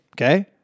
Okay